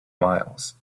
miles